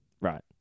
Right